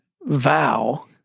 vow